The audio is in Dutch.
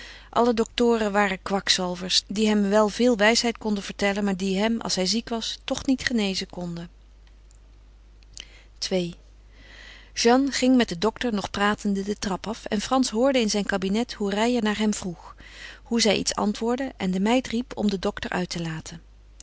alle doktoren waren kwakzalvers die hem wel veel wijsheid konden vertellen maar die hem als hij ziek was toch niet genezen konden ii jeanne ging met den dokter nog pratende de trap af en frans hoorde in zijn kabinet hoe reijer naar hem vroeg hoe zij iets antwoordde en de meid riep om den dokter uit te laten